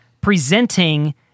presenting